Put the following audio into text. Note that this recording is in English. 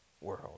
world